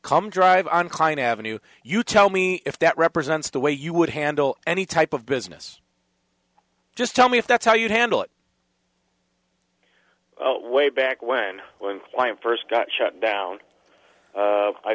come drive on klein avenue you tell me if that represents the way you would handle any type of business just tell me if that's how you handle it way back when one client first got shut down